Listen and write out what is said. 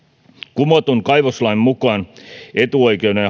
kumotun kaivoslain mukaan etuoikeuden